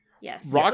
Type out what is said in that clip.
Yes